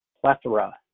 plethora